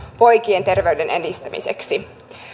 poikien terveyden edistämiseksi